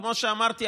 וכמו שאמרתי,